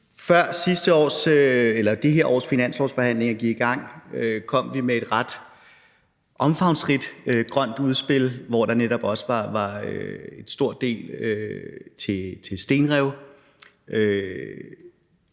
Før det her års finanslovsforhandlinger gik i gang, kom vi med et ret omfangsrigt grønt udspil, hvor der netop også var en stor del til stenrev,